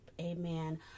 Amen